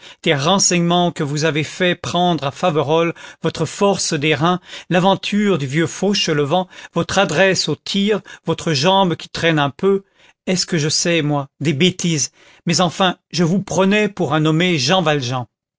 des renseignements que vous avez fait prendre à faverolles votre force des reins l'aventure du vieux fauchelevent votre adresse au tir votre jambe qui traîne un peu est-ce que je sais moi des bêtises mais enfin je vous prenais pour un nommé jean valjean